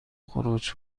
خروج